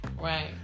Right